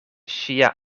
ŝia